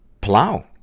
plow